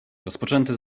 rozpoczęte